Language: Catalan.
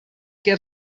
què